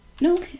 No